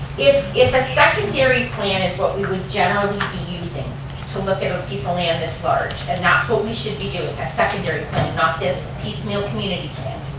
if if a secondary plan is what we would generally be using to look at a piece of land this large, and that's what we should be doing, a secondary plan, not this piecemeal community